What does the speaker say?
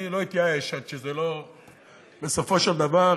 אני לא אתייאש עד שבסופו של דבר,